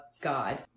god